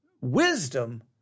wisdom